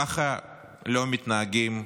ככה לא מתנהגים,